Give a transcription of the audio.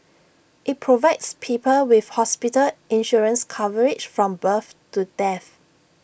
IT provides people with hospital insurance coverage from birth to death